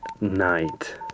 night